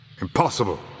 Impossible